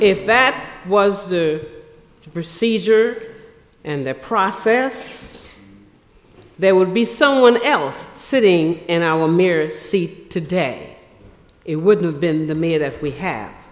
if that was the procedure and the process there would be someone else sitting in our mirrors seat today it would have been the mayor that we have